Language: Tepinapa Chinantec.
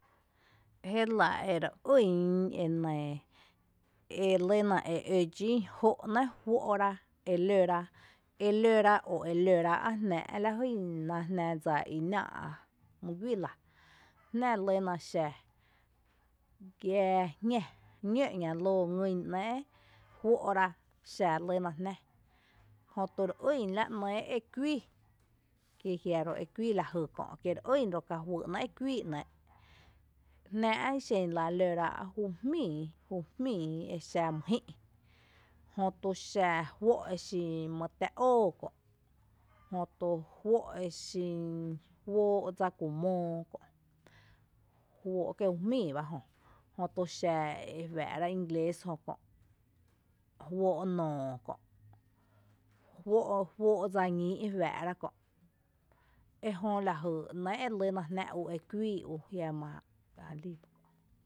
Jé lⱥ e re ýn e nɇɇ elýna e ǿ dxín jó’ nɇɇ’ juó’rá e lǿrá e lǿrá o e lǿráá’ jnⱥⱥ’ lajyna jná dsa i nⱥⱥ’ mýguii lⱥ. Jnⱥ lýna xa, giaa, jñⱥ, ñǿ ‘ña loo ´ngyn ‘nɇɇ’ juó’rá xa lyyna Jnⱥ, jötu re ýn la ‘nɇɇ’ e kuii, jiaro kuii la jy kö’, kí re ýn kajuý ‘nɇɇ’ e kuii ‘nɇɇ’: jnⱥⱥ’ ixe lⱥ, looráa’ jú jmíií exa my jï’ jötu xa juó’ exin mý tⱥ óo kö’, jötu juóo’ dsa kumóo kö, kie’ jujmíií bajö, jütu xa exin ingles jökö’, juóo’ noo kö’, juóo’ dsa ñíi’ jua’ra kö’, ejö la jy ‘nɇɇ’ e lyna e kuíi ú.